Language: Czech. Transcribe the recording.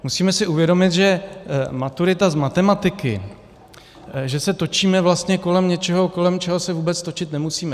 Musíme si uvědomit, že maturita z matematiky, že se točíme vlastně kolem něčeho, kolem čeho se vůbec točit nemusíme.